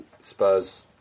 Spurs